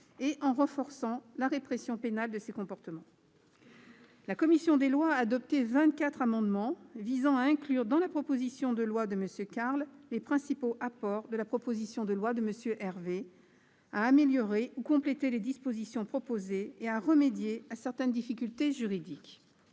et en renforçant la répression pénale de ces comportements. La commission des lois a adopté vingt-quatre amendements visant à inclure dans la proposition de loi de M. Carle les principaux apports de la proposition de loi de M. Hervé, à améliorer ou compléter les dispositions proposées et à remédier à certaines difficultés juridiques.